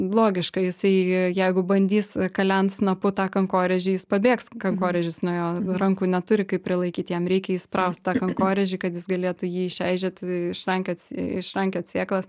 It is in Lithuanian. logiška jisai jeigu bandys kalent snapu tą kankorėžį jis pabėgs kankorėžis nuo jo rankų neturi kaip prilaikyt jam reikia įspraust tą kankorėžį kad jis galėtų jį išeižėt išrankiot išrankiot sėklas